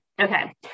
Okay